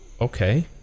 okay